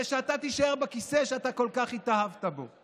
שאתה תישאר בכיסא שאתה כל כך התאהבת בו?